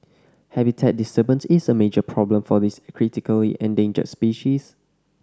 habitat disturbance is a major problem for this critically endangered species